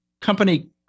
company